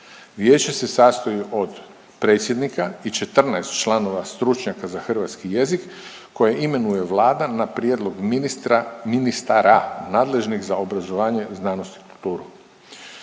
Vijeće se sastoji od predsjednika i 14 članova stručnjaka za hrvatski jezik koje imenuje Vlada na prijedlog ministra, ministara nadležnih za obrazovanje znanost i kulturu,